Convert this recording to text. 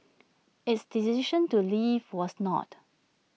its decision to leave was not